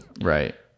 Right